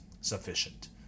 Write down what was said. sufficient